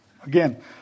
Again